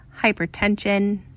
hypertension